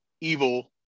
evil